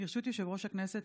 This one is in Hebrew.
ברשות יושב-ראש הכנסת,